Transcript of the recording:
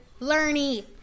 Learny